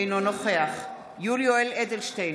אינו נוכח יולי יואל אדלשטיין,